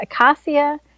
Acacia